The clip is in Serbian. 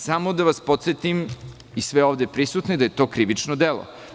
Samo da vas podsetim i sve ovde prisutne da je to krivično delo.